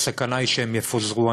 הסכנה היא שהם יפוזרו.